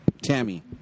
Tammy